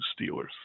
Steelers